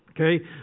Okay